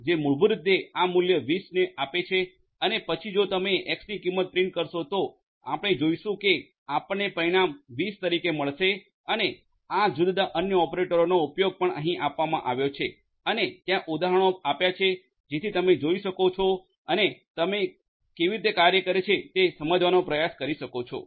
જે મૂળભૂત રીતે આ મૂલ્ય 20 એક્સ ને આપે છે અને પછી જો તમે એક્સ ની કિંમત પ્રિન્ટ કરશો તો આપણે જોઈશું કે આપણને પરિણામ 20 તરીકે મળશે અને આ જુદા જુદા અન્ય ઓપરેટરોનો ઉપયોગ પણ અહીં આપવામાં આવ્યો છે અને ત્યાં ઉદાહરણો આપ્યા છે જેથી તમે જોઈ શકો છો અને તમે કેવી રીતે કાર્ય કરે છે તે સમજવાનો પ્રયાસ કરી શકો છો